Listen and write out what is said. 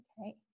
Okay